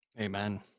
Amen